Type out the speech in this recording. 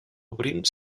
obrint